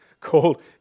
called